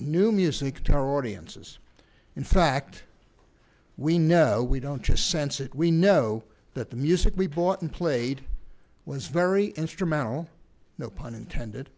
new music to our audiences in fact we know we don't just sense it we know that the music we bought and played was very instrumental no pun intended